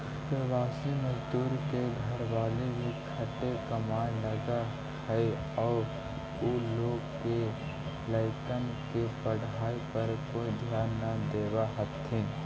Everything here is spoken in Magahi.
प्रवासी मजदूर के घरवाली भी खटे कमाए लगऽ हई आउ उ लोग के लइकन के पढ़ाई पर कोई ध्याने न देवऽ हथिन